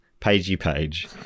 Pagey-Page